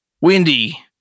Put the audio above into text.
Windy